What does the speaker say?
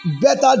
better